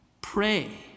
Pray